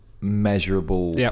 measurable